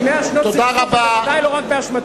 כי 100 שנות ציונות זה ודאי לא רק באשמתנו.